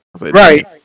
Right